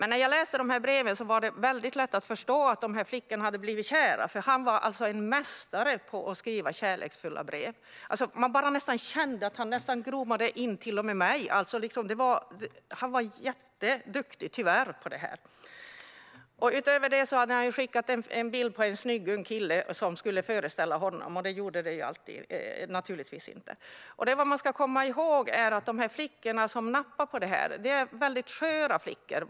När jag läste breven var det väldigt lätt att förstå att flickorna hade blivit kära, för han var en mästare på att skriva kärleksfulla brev. Jag kände att han nästan gromade in till och med mig. Han var tyvärr jätteduktig på detta. Utöver det hade han skickat en bild på en snygg ung kille som skulle föreställa honom - det gjorde den naturligtvis inte. Vad man ska komma ihåg är att de flickor som nappar på detta många gånger är väldigt sköra.